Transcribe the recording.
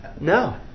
No